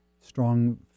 strong